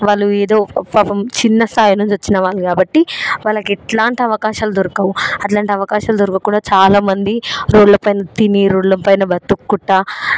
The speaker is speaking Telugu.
వాళ్ళు ఏదొ పాపం చిన్న స్థాయి నుంచి వచ్చినవాళ్ళు కాబట్టి వాళ్ళకి ఎట్లాంటి అవకాశాలు దొరకవు అట్లాంటి అవకాశాలు దొరుకక చాలామంది రోడ్ల పైన తిని రోడ్ల పైన బతుక్కుంటా